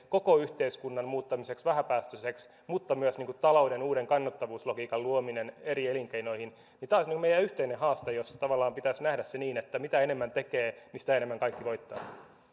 koko yhteiskunnan muuttaminen vähäpäästöiseksi mutta myös talouden uuden kannattavuuslogiikan luominen eri elinkeinoihin olisi meidän yhteinen haasteemme jossa tavallaan pitäisi nähdä asia niin että mitä enemmän tekee sitä enemmän kaikki voittavat